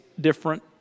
different